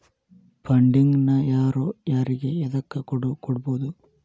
Funding ನ ಯಾರು ಯಾರಿಗೆ ಎದಕ್ಕ್ ಕೊಡ್ಬೊದು?